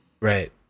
right